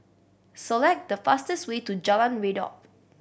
select the fastest way to Jalan Redop